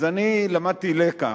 אז אני למדתי לקח,